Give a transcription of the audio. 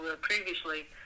previously